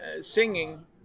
singing